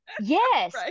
Yes